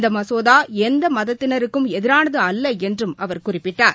இந்தமசோதாஎந்தமதத்தினருக்கும் எதிரானதுஅல்லஎன்றும் அவர் குறிப்பிட்டார்